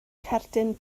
cerdyn